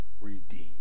redeemed